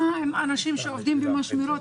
מה עם אנשים שעובדים במשמרות?